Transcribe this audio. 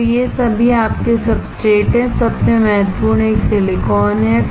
तो ये सभी आपके सब्सट्रेट हैं सबसे महत्वपूर्ण एक सिलिकॉन है